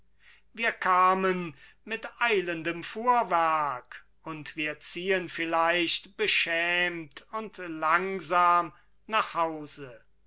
wir kamen mit eilendem fuhrwerk und wir ziehen vielleicht beschämt und langsam nach hause